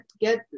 get